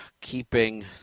keeping